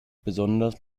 besonders